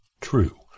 True